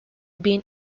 been